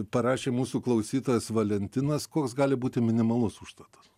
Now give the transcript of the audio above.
parašė mūsų klausytojas valentinas koks gali būti minimalus užstatas